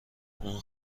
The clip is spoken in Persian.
اون